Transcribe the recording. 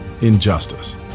injustice